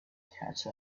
catch